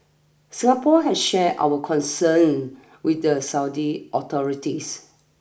Singapore has shared our concern with the Saudi authorities